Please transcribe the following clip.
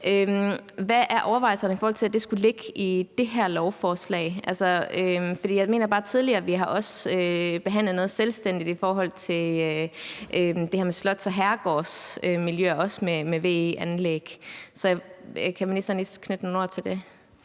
Hvad er overvejelserne i forhold til, at det skal ligge i det her lovforslag? For jeg mener bare, at vi også tidligere har behandlet noget med VE-anlæg selvstændigt i forhold til det her med slots- og herregårdsmiljøer. Så kan ministeren ikke knytte nogle ord til det?